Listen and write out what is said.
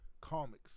comics